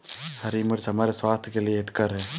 हरी मिर्च हमारे स्वास्थ्य के लिए हितकर हैं